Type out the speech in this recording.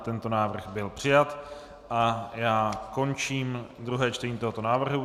Tento návrh byl přijat a já končím druhé čtení tohoto návrhu.